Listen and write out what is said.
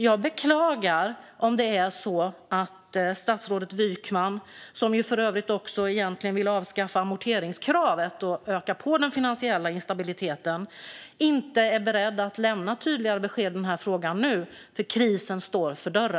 Jag beklagar om det är så att statsrådet Wykman - som för övrigt också egentligen vill avskaffa amorteringskravet och öka på den finansiella instabiliteten - inte är beredd att lämna tydligare besked i den här frågan nu, för krisen står för dörren.